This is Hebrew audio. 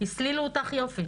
הסלילו אותך יופי.